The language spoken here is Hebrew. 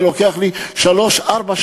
היה לוקח לי שלוש-ארבע שעות.